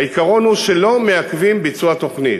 העיקרון הוא שלא מעכבים ביצוע תוכנית,